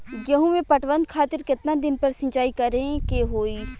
गेहूं में पटवन खातिर केतना दिन पर सिंचाई करें के होई?